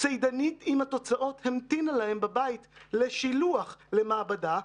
צידנית עם התוצאות המתינה להם בבית לשילוח למעבדה.